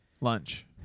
Lunch